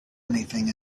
anything